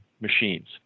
machines